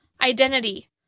identity